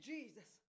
Jesus